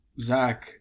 Zach